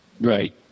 Right